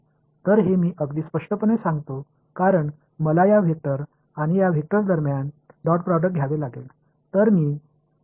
तर हे मी अगदी स्पष्टपणे सांगतो कारण मला या वेक्टर आणि या वेक्टर दरम्यान डॉटप्रोडक्ट घ्यावे लागेल